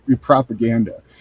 propaganda